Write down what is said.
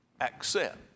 accept